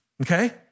okay